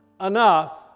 enough